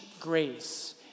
grace